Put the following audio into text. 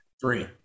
three